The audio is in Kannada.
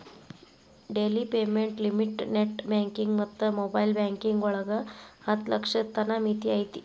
daily payment limit net banking ಮತ್ತ ಮೊಬೈಲ್ ಬ್ಯಾಂಕಿಂಗ್ ಒಳಗ ಹತ್ತ ಲಕ್ಷದ್ ತನ ಮಿತಿ ಐತಿ